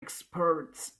experts